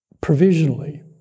provisionally